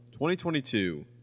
2022